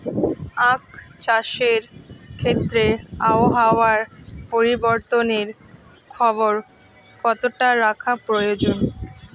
আখ চাষের ক্ষেত্রে আবহাওয়ার পরিবর্তনের খবর কতটা রাখা প্রয়োজন?